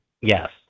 Yes